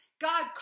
God